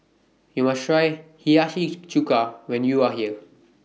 YOU must Try Hiyashi Chuka when YOU Are here